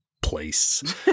place